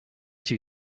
two